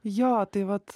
jo tai vat